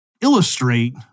illustrate